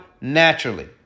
naturally